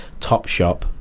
Topshop